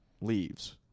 leaves